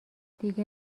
دیگه